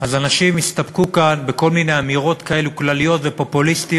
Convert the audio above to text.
אז אנשים יסתפקו כאן בכל מיני אמירות כאלו כלליות ופופוליסטיות: